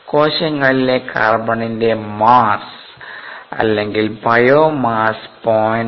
കോശങ്ങളിലെ കാർബണിന്റെ mass biomass 0